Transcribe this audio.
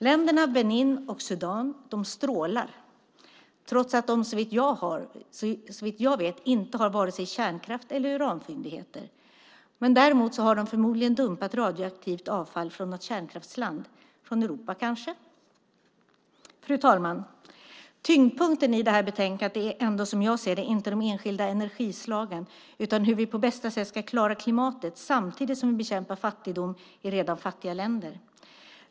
Länderna Benin och Sudan strålar trots att de såvitt jag vet har vare sig kärnkraft eller uranfyndigheter. Däremot har de förmodligen dumpat radioaktivt avfall från något kärnkraftsland, kanske från Europa. Fru talman! Tyngdpunkten i det här betänkandet är ändå som jag ser det inte de enskilda energislagen utan hur vi på bästa sätt ska klara klimatet samtidigt som vi bekämpar fattigdom i redan fattiga länder.